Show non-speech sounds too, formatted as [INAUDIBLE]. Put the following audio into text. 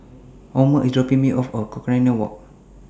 Omer IS dropping Me off At [UNINTELLIGIBLE] Walk